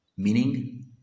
Meaning